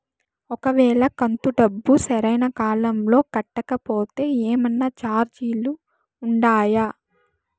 ఒక వేళ కంతు డబ్బు సరైన కాలంలో కట్టకపోతే ఏమన్నా చార్జీలు ఉండాయా?